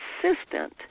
consistent